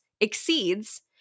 exceeds